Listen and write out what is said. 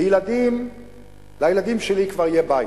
לילדים שלי כבר יהיה בית.